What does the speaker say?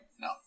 No